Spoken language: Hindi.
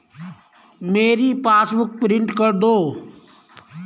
मेरी पासबुक प्रिंट कर दो